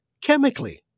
chemically